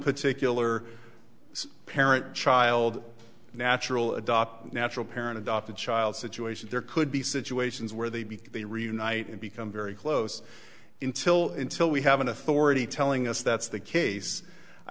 particular parent child natural adopt natural parent adopt a child situation there could be situations where they'd be they reunite and become very close intil until we have an authority telling us that's the case i